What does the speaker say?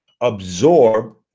absorb